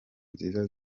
nziza